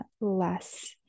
less